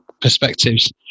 Perspectives